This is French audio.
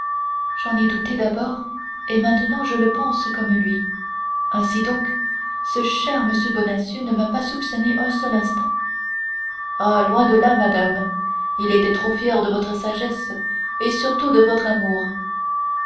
j'en ai douté d'abord et maintenant je le pense comme lui ainsi donc ce cher m bonacieux ne m'a pas soupçonnée un seul instant ah loin de là madame il était trop fier de votre sagesse et surtout de votre amour